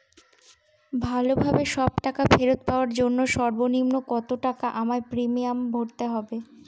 ভালোভাবে সব টাকা ফেরত পাওয়ার জন্য সর্বনিম্ন কতটাকা আমায় প্রিমিয়াম ভরতে হবে?